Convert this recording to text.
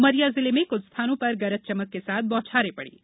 उमरिया जिले में कुछ स्थानों पर गरज चमक के साथ बौछारें पड़ीं